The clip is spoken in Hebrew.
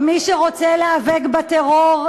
כדאי שתבחנו את עצמכם,